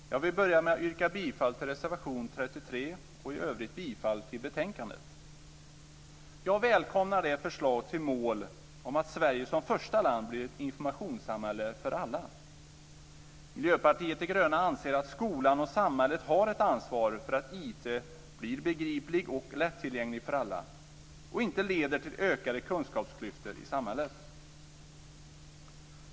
Fru talman! Jag vill börja med att yrka bifall till reservation 33 och i övrigt bifall till hemställan i betänkandet. Jag välkomnar det förslag till mål om att Sverige som första land blir ett informationssamhälle för alla. Miljöpartiet de gröna anser att skolan och samhället har ett ansvar för att IT blir begriplig och lätttillgänglig för alla och inte leder till ökade kunskapsklyftor i samhället.